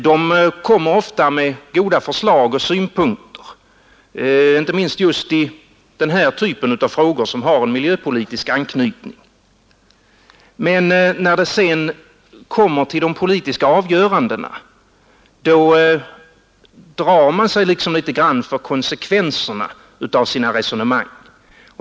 De kommer ofta med goda förslag och synpunkter, inte minst i den här typen av frågor som har en miljöpolitisk anknytning, men när det sedan kommer till de politiska avgörandena drar de sig liksom litet grand för konsekvenserna av sina resonemang.